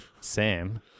Sam